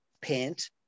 Paint